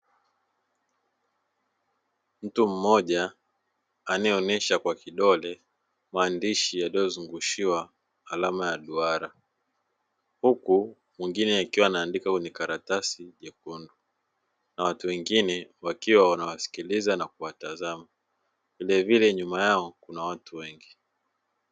Mtu mmoja anayeonesha kwa kidole maandishi yaliyozungushiwa alama ya duara, huku mwingine akiwa anaandika kwenye karatasi nyekundu na watu wengine wakiwa wanawasikiliza na kuwatazama vilevile nyuma yao kuna watu wengi.